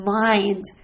mind